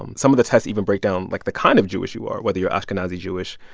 um some of the tests even break down, like, the kind of jewish you are whether you're ashkenazi jewish,